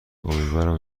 امیدوارم